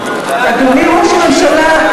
אדוני ראש הממשלה,